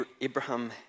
Abraham